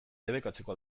debekatzeko